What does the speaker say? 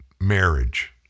marriage